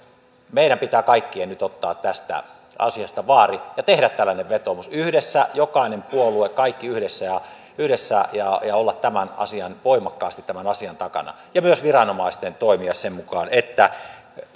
meidän pitää kaikkien nyt ottaa tästä asiasta vaari ja tehdä tällainen vetoomus yhdessä jokainen puolue kaikki yhdessä ja yhdessä ja olla voimakkaasti tämän asian takana ja myös viranomaisten toimia sen mukaan että